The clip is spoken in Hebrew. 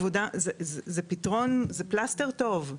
זה פלסטר טוב,